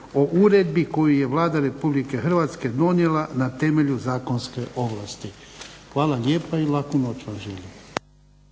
o uredbi koju je Vlada RH donijela na temelju zakonske ovlasti. Hvala lijepa i laku noć vam želim.